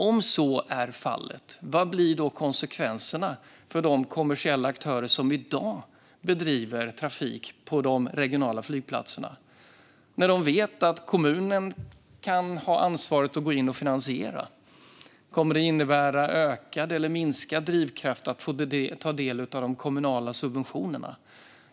Om så är fallet, vilka blir då konsekvenserna för de kommersiella aktörer som i dag bedriver trafik på de regionala flygplatserna, när de vet att kommunen kan ha ansvaret och gå in och finansiera? Kommer det att innebära att drivkraften att få ta del av de kommunala subventionerna ökar eller minskar?